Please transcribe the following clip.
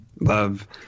love